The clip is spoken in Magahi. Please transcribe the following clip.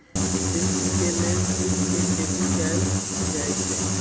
सिल्क के लेल कीट के खेती कएल जाई छई